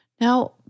Now